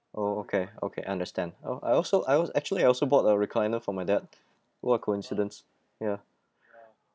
oh okay okay understand oh I also I als~ actually I also bought a recliner for my dad what a coincidence ya